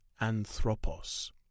anthropos